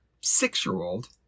six-year-old